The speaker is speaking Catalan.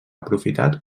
aprofitat